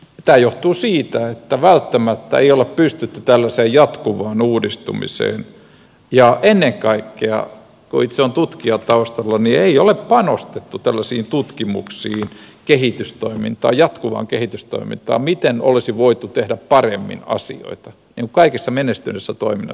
tämä johtuu siitä että välttämättä ei ole pystytty tällaiseen jatkuvaan uudistumiseen ja ennen kaikkea kun itse olen tutkija taustaltani niin ei ole panostettu tällaisiin tutkimuksiin kehitystoimintaan jatkuvaan kehitystoimintaan siihen miten olisi voitu tehdä paremmin asioita niin kuin kaikessa menestyvässä toiminnassa tehdään